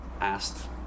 asked